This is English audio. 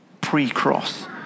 pre-cross